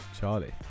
Charlie